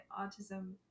autism